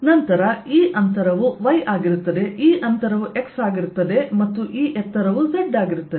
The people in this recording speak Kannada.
ನಂತರ ಈ ಅಂತರವು y ಆಗಿರುತ್ತದೆ ಈ ಅಂತರವು x ಆಗಿರುತ್ತದೆ ಮತ್ತು ಈ ಎತ್ತರವು z ಆಗಿರುತ್ತದೆ